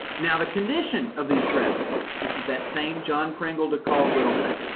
now the condition of these presents, this is that same john pringle to caldwell thing.